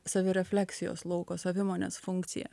savirefleksijos lauko savimonės funkcija